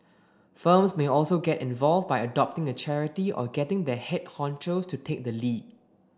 firms may also get involved by adopting a charity or getting their head honchos to take the lead